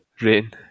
Rain